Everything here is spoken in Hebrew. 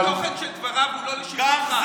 התוכן של דבריו הוא לא לשיקולך.